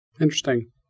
Interesting